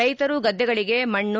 ರೈತರು ಗದ್ದೆಗಳಿಗೆ ಮಣ್ಣು